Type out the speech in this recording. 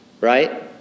right